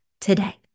today